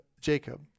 Jacob